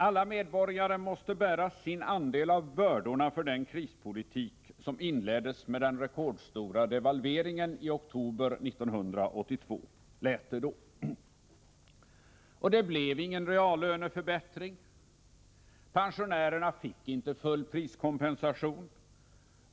Alla medborgare måste bära sin andel av bördorna för den krispolitik som inleddes med den rekordstora devalveringen i oktober 1982, lät det då. Det blev ingen reallöneförbättring. Pensionärerna fick inte full priskompensation.